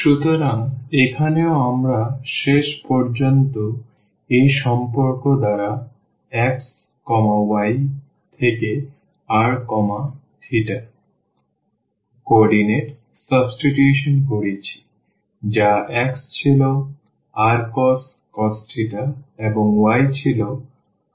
সুতরাং এখানেও আমরা শেষ পর্যন্ত এই সম্পর্ক দ্বারা xy থেকে r θ কোঅর্ডিনেট সাবস্টিটিউশন করেছি যা x ছিল rcos এবং y ছিল rsin